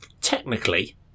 technically